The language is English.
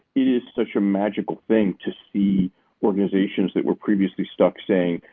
it is such a magical thing to see organizations that were previously stuck saying,